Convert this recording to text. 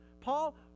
Paul